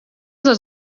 les